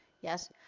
Yes